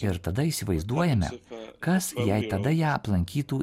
ir tada įsivaizduojame kas jei tada ją aplankytų